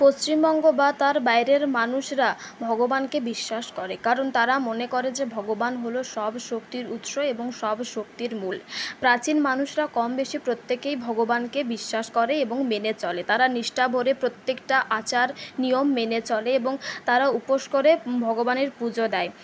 পশ্চিমবঙ্গ বা তার বাইরের মানুষরা ভগবানকে বিশ্বাস করে কারণ তারা মনে করে যে ভগবান হল সব শক্তির উৎস এবং সব শক্তির মূল প্রাচীন মানুষরা কমবেশি প্রত্যেকেই ভগবানকে বিশ্বাস করে এবং মেনে চলে তারা নিষ্ঠাভরে প্রত্যেকটা আচার নিয়ম মেনে চলে এবং তারা উপোস করে ভগবানের পূজো দেয়